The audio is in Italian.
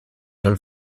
dal